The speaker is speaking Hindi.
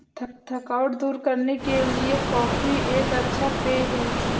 थकावट दूर करने के लिए कॉफी एक अच्छा पेय है